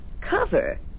Cover